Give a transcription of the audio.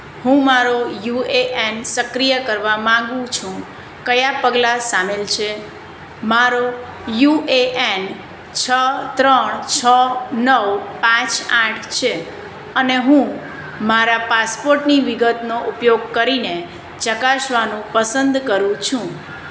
હું મારો U A N સક્રિય કરવા માગું છું કયા પગલાં સામેલ છે મારો યુ એ એન છ ત્રણ છ નવ પાંચ આઠ છે અને હું મારા પાસપોર્ટની વિગતનો ઉપયોગ કરીને ચકાસવાનું પસંદ કરું છું